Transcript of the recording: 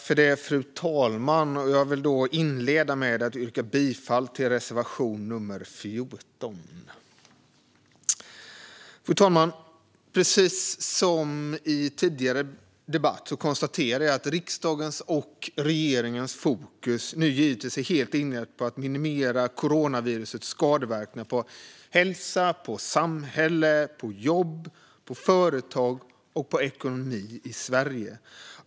Fru talman! Jag vill inleda med att yrka bifall till reservation 12. Precis som i tidigare debatt konstaterar jag att riksdagens och regeringens fokus nu givetvis är helt inriktat på att minimera coronavirusets skadeverkningar på hälsa, samhälle, jobb, företag och ekonomi i Sverige.